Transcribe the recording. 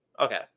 Okay